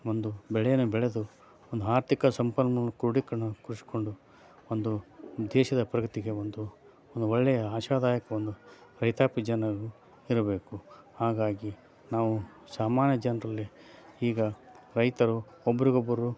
ಒಂದು ಬೆಳೇನ ಬೆಳೆದು ಒಂದು ಆರ್ಥಿಕ ಸಂಪನ್ಮೂಲ ಕ್ರೋಢೀಕರ್ಣ ಕೂಡಿಸ್ಕೊಂಡು ಒಂದು ದೇಶದ ಪ್ರಗತಿಗೆ ಒಂದು ಒಳ್ಳೆಯ ಆಶಾದಾಯಕ ಒಂದು ರೈತಾಪಿ ಜನರು ಇರಬೇಕು ಹಾಗಾಗಿ ನಾವು ಸಾಮಾನ್ಯ ಜನರಲ್ಲಿ ಈಗ ರೈತರು ಒಬ್ಬರಿಗೊಬ್ಬರು